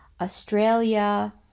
Australia